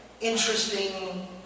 interesting